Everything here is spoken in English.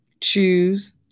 choose